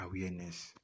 awareness